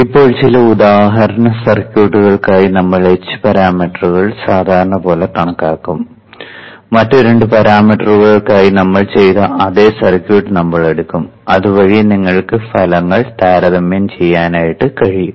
ഇപ്പോൾ ചില ഉദാഹരണ സർക്യൂട്ടുകൾക്കായി നമ്മൾ h പാരാമീറ്ററുകൾ സാധാരണ പോലെ കണക്കാക്കും മറ്റ് രണ്ട് പാരാമീറ്ററുകൾക്കായി നമ്മൾ ചെയ്ത അതേ സർക്യൂട്ട് നമ്മൾ എടുക്കും അതുവഴി നിങ്ങൾക്ക് ഫലങ്ങൾ താരതമ്യം ചെയ്യാൻ കഴിയും